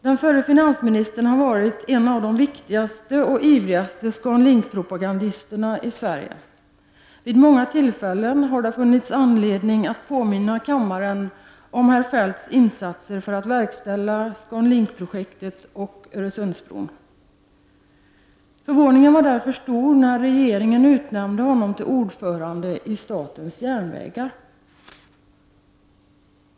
Den förre finansministern har varit en av de viktigaste och ivrigaste Scan Link-propagandisterna i Sverige. Vid många tillfällen har det alltså funnits anledning att i kammaren påminna om herr Feldts insatser för att verkställa ScanLink-projektet och Öresundsbron. Förvåningen var därför stor när regeringen utnämnde Kjell-Olof Feldt till ordförande i statens järnvägar.